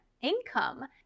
income